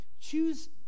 Choose